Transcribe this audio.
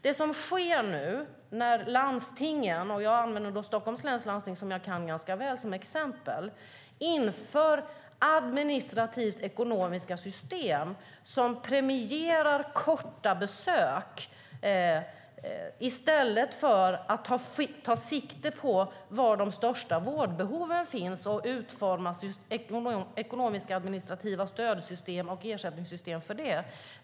Det som nu sker är att lanstingen - och jag använder Stockholms läns lansting som jag kan ganska väl som exempel - inför administrativa ekonomiska system som premierar korta besök i stället för att ta sikte på var de största vårdbehoven finns och utforma ekonomisk-administrativa stödsystem och ersättningssystem för det.